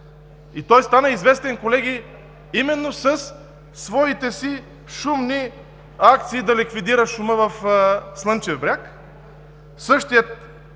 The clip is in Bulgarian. и стана известен, колеги, именно със своите си шумни акции да ликвидира шума в „Слънчев бряг“.